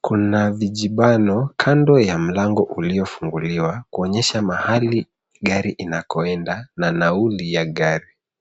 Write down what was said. Kuna vijibano kando ya mlango uliofunguliwa, kuonyesha mahali gari inakoenda na nauli ya gari.